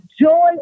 joy